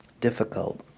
difficult